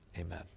Amen